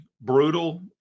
brutal